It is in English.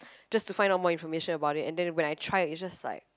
just to find out more information about it and then when I try it's just like